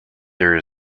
there